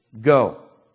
Go